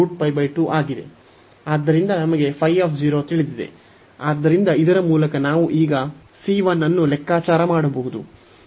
ಆದ್ದರಿಂದ ನಮಗೆ ϕ ತಿಳಿದಿದೆ ಆದ್ದರಿಂದ ಇದರ ಮೂಲಕ ನಾವು ಈಗ c 1 ಅನ್ನು ಲೆಕ್ಕಾಚಾರ ಮಾಡಬಹುದು